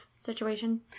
situation